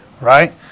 right